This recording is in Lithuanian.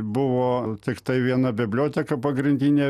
buvo tiktai viena biblioteka pagrindinė